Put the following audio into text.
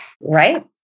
Right